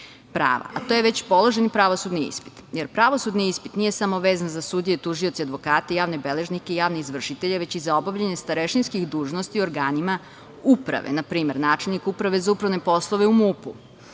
a to je već položeni pravosudni ispit. Pravosudni ispit nije samo vezan za sudije, tužioce, advokate, javne beležnike i javne izvršitelje, već i za obavljanje starešinskih dužnosti u organima uprave. Na primer, načelnik uprave za upravne poslove u MUP-u,